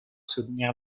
soutenir